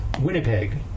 Winnipeg